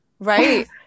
Right